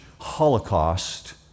holocaust